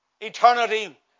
eternity